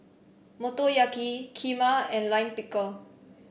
Motoyaki Kheema and Lime Pickle